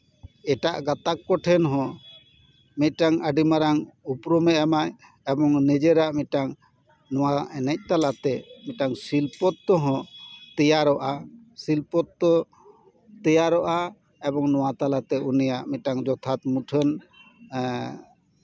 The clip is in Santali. ᱮᱴᱟᱜ ᱜᱟᱛᱟᱠ ᱠᱚᱴᱷᱮᱱ ᱦᱚᱸ ᱢᱤᱫᱴᱟᱝ ᱟᱹᱰᱤ ᱢᱟᱨᱟᱝ ᱩᱯᱨᱩᱢᱮ ᱮᱢᱟ ᱮᱵᱚᱝ ᱱᱤᱡᱮᱨᱟᱜ ᱢᱤᱫᱴᱟᱱ ᱱᱚᱣᱟ ᱮᱱᱮᱡ ᱛᱟᱞᱟᱛᱮ ᱢᱤᱫᱴᱟᱝ ᱥᱤᱞᱯᱚᱛᱛᱚ ᱦᱚᱸ ᱛᱮᱭᱟᱨᱚᱜᱼᱟ ᱥᱤᱞᱯᱚᱛᱛᱚ ᱛᱮᱭᱟᱨᱚᱜᱼᱟ ᱮᱵᱚᱝ ᱱᱚᱣᱟ ᱛᱟᱞᱟᱛᱮ ᱩᱱᱤᱭᱟᱜ ᱢᱤᱫᱴᱟᱝ ᱡᱚᱛᱷᱟᱛ ᱢᱩᱴᱷᱟᱹᱱ